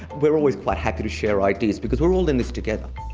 we're always quite happy to share ideas because we're all in this together.